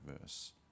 verse